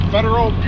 Federal